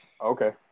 Okay